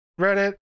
Reddit